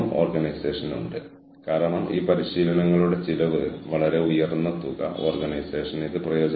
നമ്മൾ ഇതുവരെ ചെയ്തിരിക്കുന്നതെല്ലാം സുസ്ഥിരമായ മാനവ വിഭവശേഷി മാനേജ്മെന്റ് എന്ന ഈ സമ്പൂർണ ആശയത്തിലേക്ക് കൂട്ടിച്ചേർക്കുന്നു